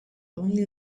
only